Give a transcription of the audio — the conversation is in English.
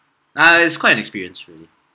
ah its quite an experience really